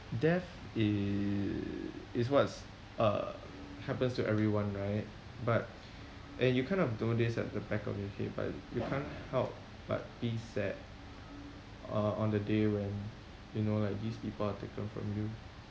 death is is what's uh happens to everyone right but and you kind of know this at the back of your head but you can't help but be sad uh on the day when you know like these people are taken from you